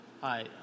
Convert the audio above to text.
Hi